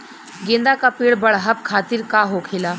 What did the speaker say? गेंदा का पेड़ बढ़अब खातिर का होखेला?